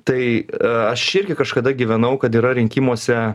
tai aš irgi kažkada gyvenau kad yra rinkimuose